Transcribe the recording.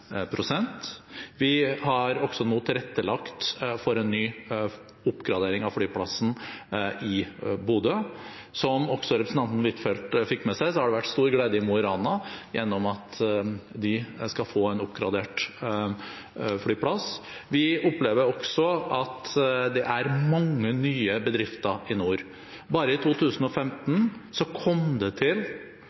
Vi har også tilrettelagt for en ny oppgradering av flyplassen i Bodø. Som også representanten Huitfeldt fikk med seg, har det vært stor glede i Mo i Rana gjennom at de skal få en oppgradert flyplass. Vi opplever også at det er mange nye bedrifter i nord. Bare i 2015 kom det til